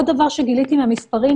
עוד דבר שגיליתי עם המספרים,